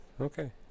okay